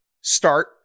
start